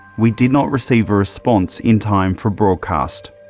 we did not receive a response in time for broadcast.